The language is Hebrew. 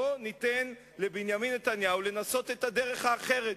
בואו ניתן לבנימין נתניהו לנסות את הדרך האחרת.